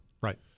Right